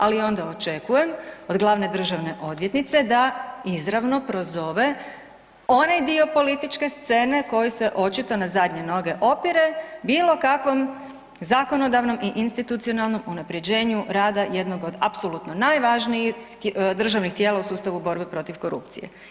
Ali onda očekujem od glavne državne odvjetnice da izravno prozove onaj dio političke scene koji se očito na zadnje noge opire bilo kakvom zakonodavnom i institucionalnom unapređenju rada jednog od apsolutno najvažnijih tijela u sustavu borbe protiv korupcije.